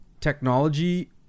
technology